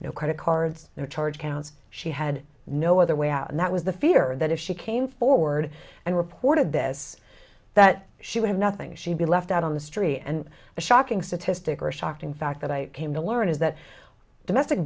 no credit cards their charge counts she had no other way out and that was the fear that if she came forward and reported this that she would have nothing she'd be left out on the street and a shocking statistic or shocking fact that i came to learn is that domestic